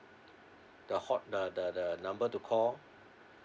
the hot~ the the the number to call